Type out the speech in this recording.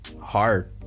hard